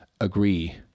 agree